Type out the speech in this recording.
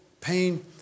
pain